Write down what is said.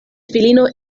filino